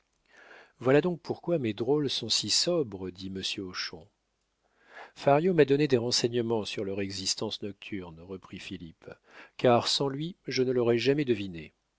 voilà donc pourquoi mes drôles sont si sobres dit monsieur hochon fario m'a donné des renseignements sur leur existence nocturne reprit philippe car sans lui je ne l'aurais jamais devinée